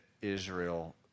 Israel